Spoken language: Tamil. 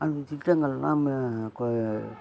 அந்த திட்டங்களெலாம் மே கொ